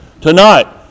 Tonight